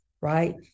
right